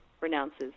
renounces